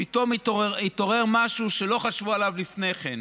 פתאום התעורר משהו שלא חשבו עליו לפני כן,